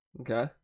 Okay